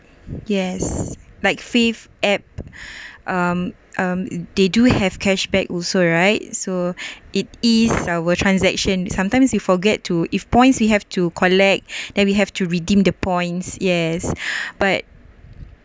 yes like fifth app um um they do have cashback also right so it is our transaction sometimes you forget to if points you have to collect then we have to redeem the points yes but